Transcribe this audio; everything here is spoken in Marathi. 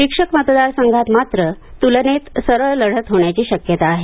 शिक्षक मतदार संघात मात्र तुलनेत सरळ लढत होण्याची शक्यता आहे